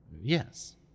Yes